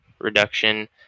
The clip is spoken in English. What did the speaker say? reduction